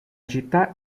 città